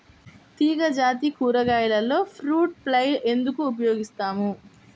తీగజాతి కూరగాయలలో fruit fly ఎందుకు ఉపయోగిస్తాము?